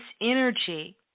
energy